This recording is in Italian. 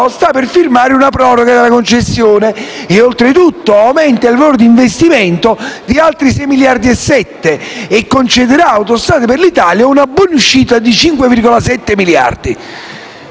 sta per firmare una proroga della concessione e, oltretutto, aumenta il valore di investimento di altri 6,7 miliardi, concedendo poi ad Autostrade per l'Italia una buonuscita di 5,7 miliardi.